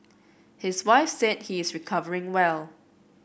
his wife said he is recovering well